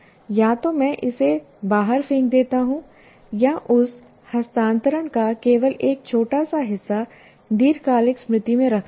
या तो मैं इसे बाहर फेंक देता हूं या उस हस्तांतरण का केवल एक छोटा सा हिस्सा दीर्घकालिक स्मृति में रखता हूं